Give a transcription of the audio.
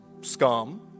scum